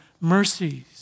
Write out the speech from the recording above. mercies